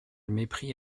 mépris